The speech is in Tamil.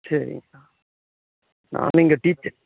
சரிங்க நான் நான் இங்கே டீச்சர்